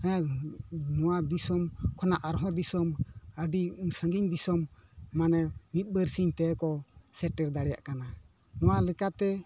ᱦᱮᱸ ᱱᱚᱣᱟ ᱫᱤᱥᱚᱢ ᱠᱷᱚᱱᱟᱜ ᱟᱨᱦᱚᱸ ᱫᱤᱥᱚᱢ ᱟᱹᱰᱤ ᱥᱟᱺᱜᱤᱧ ᱫᱤᱥᱚᱢ ᱢᱟᱱᱮ ᱢᱤᱫ ᱵᱟᱹᱨᱥᱤᱝ ᱛᱮᱠᱚ ᱥᱮᱴᱮᱨ ᱫᱟᱲᱮᱭᱟᱜ ᱠᱟᱱᱟ ᱱᱚᱣᱟ ᱞᱮᱠᱟᱛᱮ